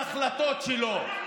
הכנסת,